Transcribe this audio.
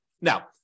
Now